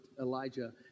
Elijah